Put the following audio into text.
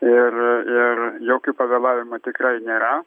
ir ir jokių pavėlavimų tikrai nėra